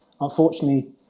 unfortunately